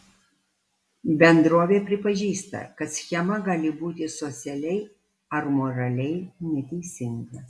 bendrovė pripažįsta kad schema gali būti socialiai ar moraliai neteisinga